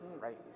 Right